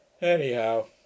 Anyhow